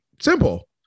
Simple